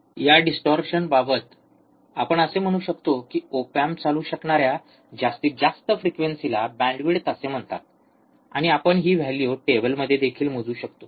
या डिस्टोर्शनबाबत आपण असे म्हणू शकतो की ओप एम्प चालू शकणाऱ्या जास्तीत जास्त फ्रिक्वेन्सीला बँडविड्थ असे म्हणतात आणि आपण हि व्हॅल्यू टेबलमध्ये देखील मोजू शकतो